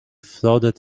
flooded